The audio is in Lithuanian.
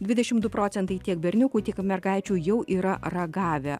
dvidešim du procentai tiek berniukų tiek mergaičių jau yra ragavę